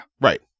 right